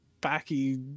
Backy